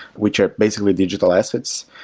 which are basically digital assets,